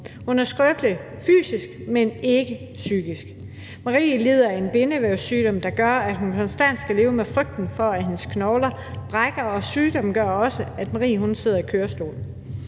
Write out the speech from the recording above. Hun er skrøbelig fysisk, men ikke psykisk. Marie lider af en bindevævssygdom, der gør, at hun konstant skal leve med frygten for, at hendes knogler brækker. Sygdommen gør også, at Marie sidder i kørestol.